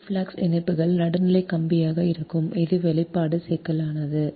இப்போது ஃப்ளக்ஸ் இணைப்புகள் நடுநிலை கம்பியாக இருக்கும் இது வெளிப்பாடு சிக்கலானது